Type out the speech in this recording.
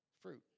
Fruit